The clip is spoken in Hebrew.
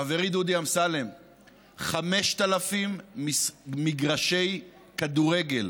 חברי דודי אמסלם, 5,000 מגרשי כדורגל